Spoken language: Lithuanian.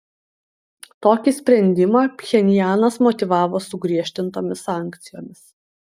tokį sprendimą pchenjanas motyvavo sugriežtintomis sankcijomis